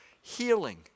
healing